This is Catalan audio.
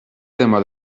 tema